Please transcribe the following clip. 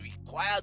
required